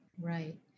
right